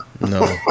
No